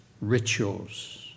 rituals